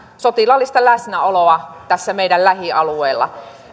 sotilaallista läsnäoloa tässä meidän lähialueellamme